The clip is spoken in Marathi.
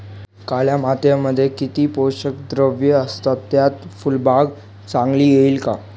काळ्या मातीमध्ये किती पोषक द्रव्ये असतात, त्यात फुलबाग चांगली येईल का?